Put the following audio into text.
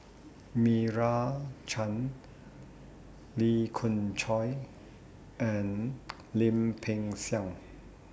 Meira Chand Lee Khoon Choy and Lim Peng Siang